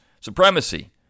supremacy